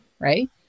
Right